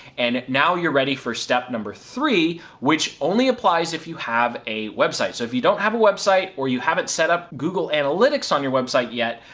and now you're ready for step no. three which only applies if you have a website. so if you don't have a website or you haven't setup google analytics on your website yet.